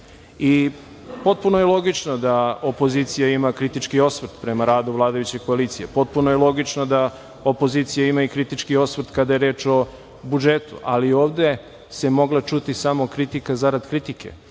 EKSPO.Potpuno je logično da opozicija ima kritički osvrt prema radu vladajuće koalicije, potpuno je logično da opozicija ima i kritički osvrt kada je reč o budžetu, ali ovde se mogla čuti samo kritika zarad kritike.